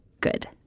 good